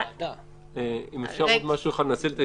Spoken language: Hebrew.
ועדה או מליאה.